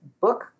book